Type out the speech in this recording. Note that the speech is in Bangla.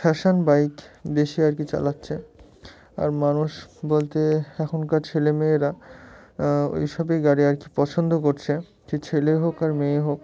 ফ্যাশান বাইক বেশি আর কি চালাচ্ছে আর মানুষ বলতে এখনকার ছেলে মেয়েরা ওই সবই গাড়ি আর কি পছন্দ করছে যে ছেলে হোক আর মেয়ে হোক